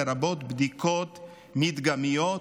לרבות בדיקות מדגמיות,